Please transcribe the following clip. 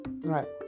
Right